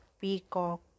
peacock